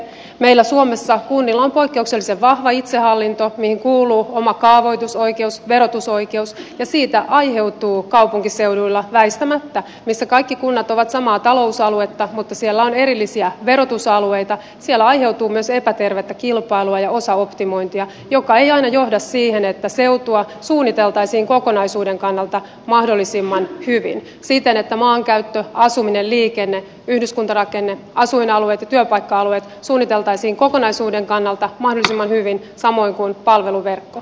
meillä suomessa kunnilla on poikkeuksellisen vahva itsehallinto mihin kuuluu oma kaavoitusoikeus verotusoikeus ja siitä aiheutuu väistämättä kaupunkiseuduilla missä kaikki kunnat ovat samaa talousaluetta mutta siellä on erillisiä verotusalueita myös epätervettä kilpailua ja osaoptimointia joka ei aina johda siihen että seutua suunniteltaisiin kokonaisuuden kannalta mahdollisimman hyvin siten että maankäyttö asuminen liikenne yhdyskuntarakenne asuinalueet ja työpaikka alueet suunniteltaisiin kokonaisuuden kannalta mahdollisimman hyvin samoin kuin palveluverkko